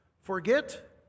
Forget